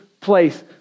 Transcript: place